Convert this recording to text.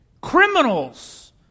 criminals